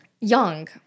Young